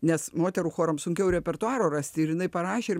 nes moterų chorams sunkiau repertuaro rasti ir jinai parašė ir